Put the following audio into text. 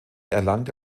erlangte